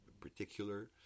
particular